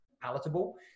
palatable